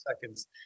seconds